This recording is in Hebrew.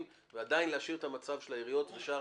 ועדיין להשאיר את המצב של העיריות ושאר